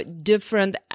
different